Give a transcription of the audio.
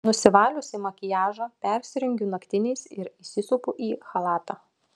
nusivaliusi makiažą persirengiu naktiniais ir įsisupu į chalatą